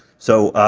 so,